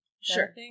Sure